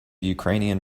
ukrainian